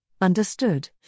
Understood